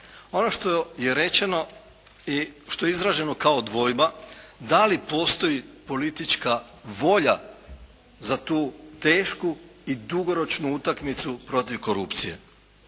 Ono što je rečeno i što je izraženo kao dvojba, da li postoji politička volja za tu tešku i dugoročnu utakmicu protiv korupcije.